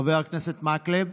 חבר הכנסת מקלב,